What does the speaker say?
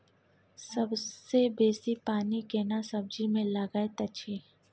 सबसे बेसी पानी केना सब्जी मे लागैत अछि?